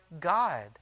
God